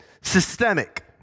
systemic